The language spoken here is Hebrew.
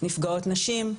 נפגעות נשים,